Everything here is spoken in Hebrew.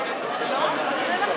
כישורים מיוחדים למה?